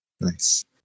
nice